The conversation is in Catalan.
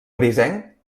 grisenc